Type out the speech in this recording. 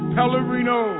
Pellerino